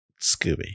Scooby